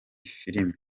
filime